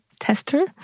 tester